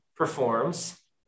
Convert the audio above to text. performs